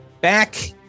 back